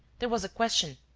there was a question.